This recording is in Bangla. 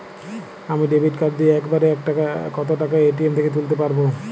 আমি ডেবিট কার্ড দিয়ে এক বারে কত টাকা এ.টি.এম থেকে তুলতে পারবো?